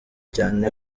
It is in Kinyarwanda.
cyane